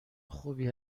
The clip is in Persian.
خوبی